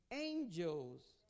angels